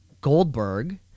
Goldberg